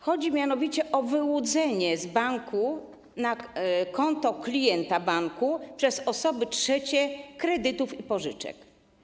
Chodzi mianowicie o wyłudzenie z banku na konto klienta banku przez osoby trzecie kredytów i pożyczek.